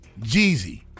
Jeezy